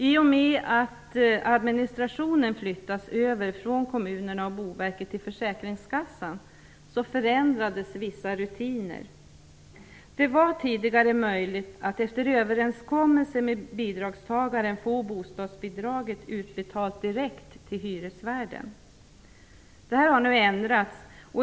I och med att administrationen flyttades över från kommunerna och Boverket till försäkringskassan förändrades vissa rutiner. Det var tidigare möjligt att efter överenskommelse med bidragstagaren få bostadsbidraget utbetalt direkt till hyresvärden. Det har nu ändrats.